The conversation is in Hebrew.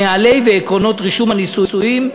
נוהלי ועקרונות רישום הנישואין.